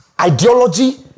ideology